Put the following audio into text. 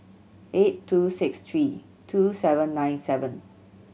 eight two six three two seven nine seven